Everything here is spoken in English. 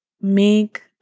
make